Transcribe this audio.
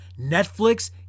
Netflix